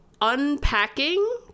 unpacking